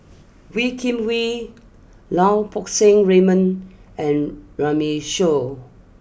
Wee Kim Wee Lau Poo Seng Raymond and Runme Shaw